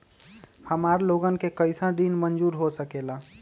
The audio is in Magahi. हमार लोगन के कइसन ऋण मंजूर हो सकेला?